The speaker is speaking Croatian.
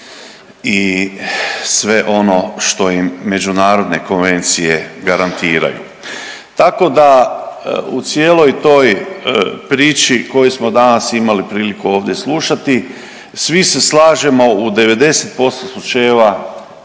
i sve ono što im međunarodne konvencije garantiraju. Tako da u cijeloj toj priči koju smo danas imali priliku ovdje slušati svi se slažemo u 90% slučajeva